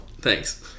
Thanks